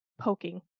poking